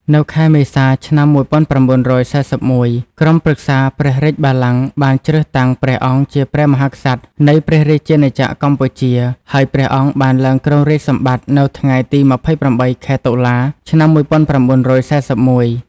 នៅខែមេសា ឆ្នាំ១៩៤១ ក្រុមប្រឹក្សាព្រះរាជបល្ល័ង្កបានជ្រើសតាំងព្រះអង្គជាព្រះមហាក្សត្រនៃព្រះរាជាណាចក្រកម្ពុជា ហើយព្រះអង្គបានឡើងគ្រងរាជសម្បត្តិនៅថ្ងៃទី២៨ ខែតុលា ឆ្នាំ១៩៤១។